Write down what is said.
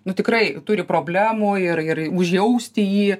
nu tikrai turi problemų ir ir užjausti jį